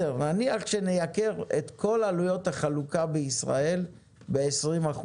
נניח שנייקר את כל עלויות החלוקה בישראל ב-20%,